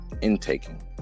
intaking